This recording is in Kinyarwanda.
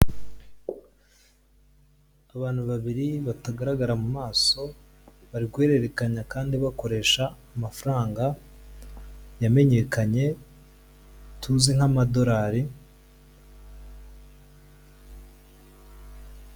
Abantu babiri batagaragara mu maso bari guhererekanya kandi bakoresha amafaranga yamenyekanye tuzi nk'amadorari.